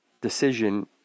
decision